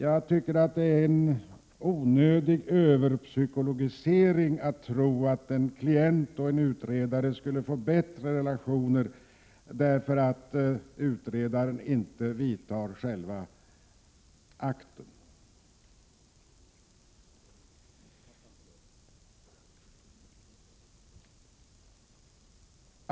Jag tycker att det är en onödig överpsykologisering att tro att en klient och en utredare skulle få bättre relationer därför att utredaren inte vidtar själva åtgärden.